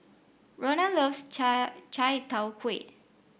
Rhona loves chai Chai Tow Kuay